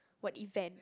what event